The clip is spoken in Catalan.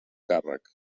càrrec